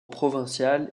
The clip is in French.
provincial